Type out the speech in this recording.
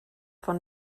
von